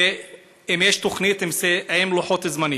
ואם יש תוכנית עם לוחות זמנים.